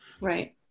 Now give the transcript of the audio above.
Right